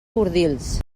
bordils